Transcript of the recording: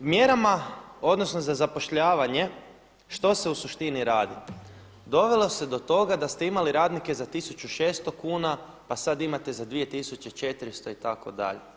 Mjerama, odnosno za zapošljavanje što se u suštini radi, dovele su do toga da ste imali radnike za 1600 kuna, pa sada imate za 2400 itd.